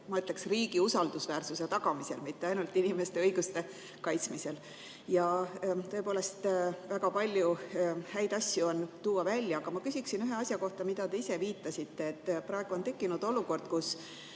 ma ütleks, riigi usaldusväärsuse tagamisel, mitte ainult inimeste õiguste kaitsmisel! Tõepoolest, väga palju häid asju on tuua välja. Aga ma küsiksin ühe asja kohta, millele te ise viitasite. Praegu on tekkinud olukord, kus